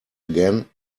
again